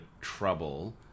trouble